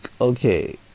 okay